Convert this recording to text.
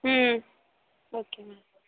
okay